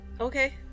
Okay